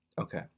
Okay